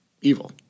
evil